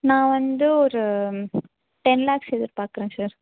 நான் வந்து ஒரு டென் லேக்ஸ் எதிர்பார்க்குறேன் சார்